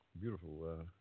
beautiful